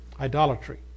idolatry